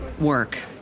Work